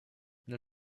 nel